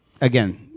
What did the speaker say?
again